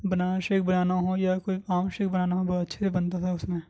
بنانا shake بنانا ہو یا کوئی آم شیک بنا ہو بہت اچھے سے بنتا تھا اس میں